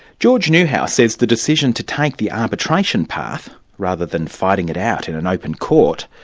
george newhouse says the decision to take the arbitration path, rather than fighting it out in an open court,